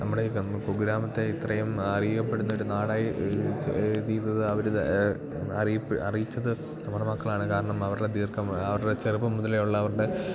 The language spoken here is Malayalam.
നമ്മുടെ ഈ കുഗ്രാമത്തെ ഇത്രയും അറിയപ്പെടുന്ന ഒരു നാടായി എഴുതിയത് അവർ അറിയിപ്പ് അറിയിച്ചത് നമ്മുടെ മക്കളാണ് കാരണം അവരുടെ ദീർഘം അവരുടെ ചെറുപ്പം മുതലേ ഉള്ള അവരുടെ